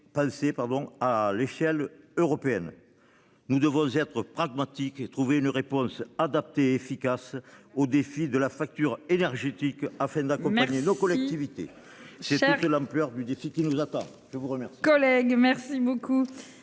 pardon à l'échelle européenne. Nous devons être pragmatique et trouver une réponse adaptée et efficace aux défis de la facture énergétique afin d'accompagner nos collectivités. C'est sûr que l'ampleur du défi qui ne nous a pas je vous remercie.